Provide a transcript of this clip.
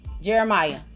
Jeremiah